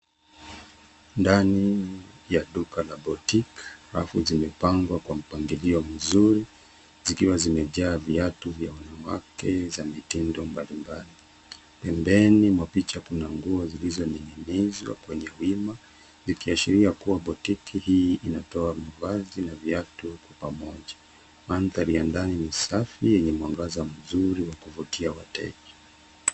Ndani ya duka la boutique . Rafu zimepangwa kwa mpangilio mzuri zikiwa zimejaa viatu vya wanawake za mitindo mbalimbali. Pembeni mwa picha kuna nguo zilizoning'inizwa kwenye wima likiashiria kuwa boutique hii inatoa mavazi na viatu pamoja. Mandhari ya ndani ni safi yenye mwangaza nzuri wa kuvutia wateja.